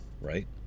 Right